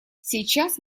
сейчас